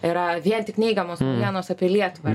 yra vien tik neigiamos naujienos apie lietuvą